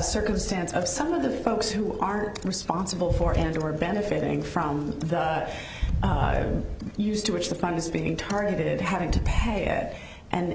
circumstance of some of the folks who are responsible for and they were benefiting from the use to which the fund is being targeted having to pay it and